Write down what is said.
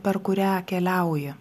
per kurią keliauji